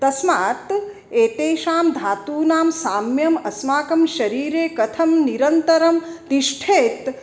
तस्मात् एतेषां धातूनां साम्यम् अस्माकं शरीरे कथं निरन्तरं तिष्ठेत्